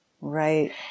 Right